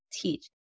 teach